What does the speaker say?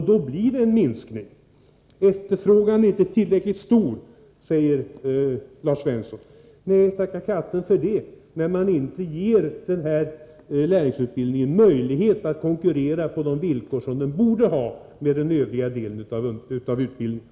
Då blir det en minskning. Efterfrågan är inte tillräckligt stor, säger Lars Svensson. Nej, tacka katten för det, när man inte ger den här lärlingsutbildningen möjlighet att konkurrera på de villkor som den borde ha med den övriga delen av utbildningen.